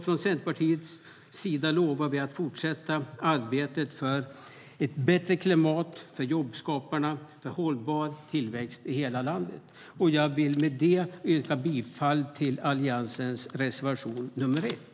Från Centerpartiets sida lovar vi att fortsätta arbetet för ett bättre klimat för jobbskaparna och för hållbar tillväxt i hela landet. Jag vill med det yrka bifall till Alliansens reservation nr 1.